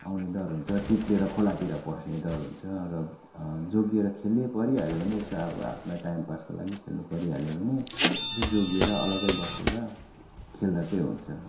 आउने डर हुन्छ चिप्लेर खोलातिर पस्ने डर हुन्छ र जोगिएर खेली परिहाल्यो भने यसो अब आफूलाई टाइमपासको लागि खेल्नु परिहाल्यो भने यसो जोगिएर अलगै बसेर खेल्दा चाहिँ हुन्छ